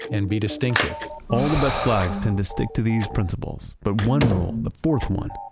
and be distinctive all the best flags tend to stick to these principles. but one rule, the fourth one,